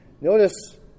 notice